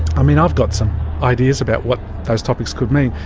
i mean, i've got some ideas about what those topics could mean,